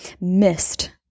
missed